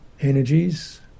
energies